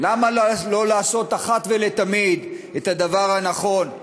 למה לא לעשות אחת ולתמיד את הדבר הנכון,